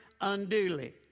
unduly